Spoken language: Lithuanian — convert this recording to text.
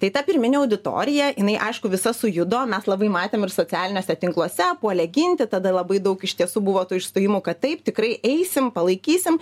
tai ta pirminė auditorija jinai aišku visa sujudo mes labai matėm ir socialiniuose tinkluose puolė ginti tada labai daug iš tiesų buvo tų išstojimų kad taip tikrai eisim palaikysim